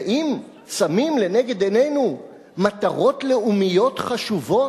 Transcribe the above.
ואם שמים לנגד עינינו מטרות לאומיות חשובות,